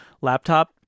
laptop